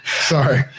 Sorry